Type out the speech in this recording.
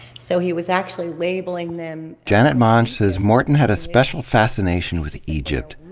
so he was actually labeling them. janet monge says morton had a special fascination with egypt,